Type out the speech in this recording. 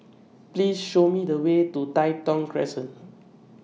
Please Show Me The Way to Tai Thong Crescent